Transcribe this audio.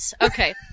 okay